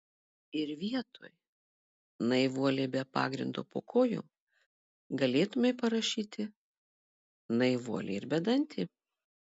ir vietoj naivuolė be pagrindo po kojom galėtumei parašyti naivuolė ir bedantė